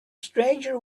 stranger